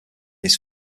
his